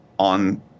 on